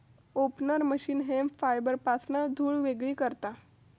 opener machine hemp फायबरपासना धुळ वेगळी करता